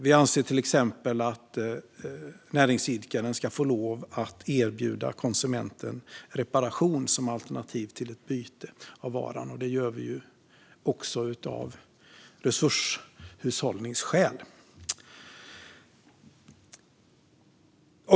Vi anser till exempel att näringsidkaren ska få lov att erbjuda konsumenten reparation som alternativ till ett byte av varan. Det gör vi också av resurshushållningsskäl.